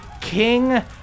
King